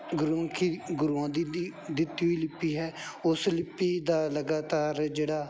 ਗੁਰਮੁਖੀ ਗੁਰੂਆਂ ਦੀ ਦੀ ਦਿੱਤੀ ਹੋਈ ਲਿਪੀ ਹੈ ਉਸ ਲਿਪੀ ਦਾ ਲਗਾਤਾਰ ਜਿਹੜਾ